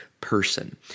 person